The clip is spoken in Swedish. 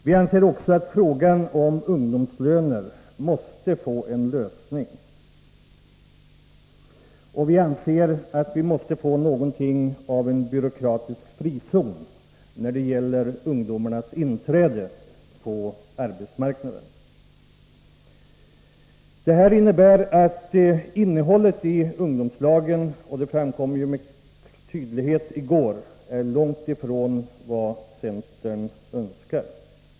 Vi anser att frågan om ungdomslöner måste få en lösning, och vi anser att vi måste få något av en byråkratisk frizon när det gäller ungdomars inträde på arbetsmarknaden. Detta innebär att innehållet i ungdomslagen är — vilket framkom tydligt i går — långt ifrån vad centern önskar.